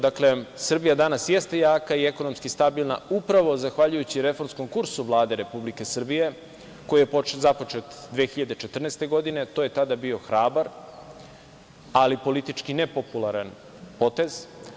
Dakle, Srbija danas jeste jaka i ekonomski stabilna upravo zahvaljujući reformskom kursu Vlade Republike Srbije koji je započet 2014. godine, a to je tada bio hrabar, ali politički nepopularan potez.